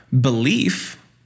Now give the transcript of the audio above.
belief